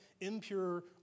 impure